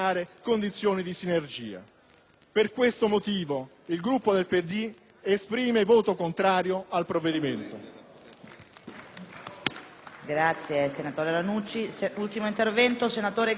Per questi motivi, il Gruppo del PD esprime voto contrario al provvedimento.